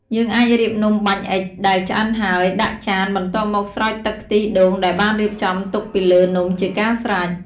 យើងអាចរៀបនំបាញ់អុិចដែលឆ្អិនហើយ ដាក់ចាន បន្ទាប់មកស្រោចទឹកខ្ទិះដូងដែលបានរៀបចំទុកពីលើនំជាការស្រេច។